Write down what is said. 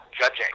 judging